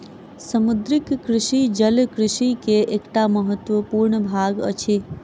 समुद्रीय कृषि जल कृषि के एकटा महत्वपूर्ण भाग अछि